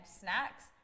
snacks